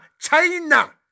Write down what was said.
China